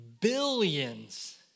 billions